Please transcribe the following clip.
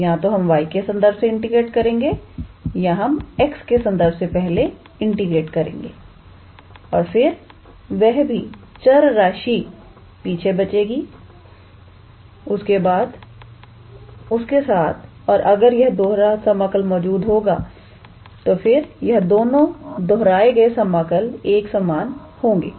तो या तो हम y के संदर्भ से इंटीग्रेट करेंगे या हम x के संदर्भ से पहले इंटीग्रेट करेंगे और फिर वह भी चर राशि पीछे बचेगी उसके साथ और अगर यह दोहरा समाकल मौजूद होगा तो फिर यह दोनों दोहराए गए समाकल एक समान होंगे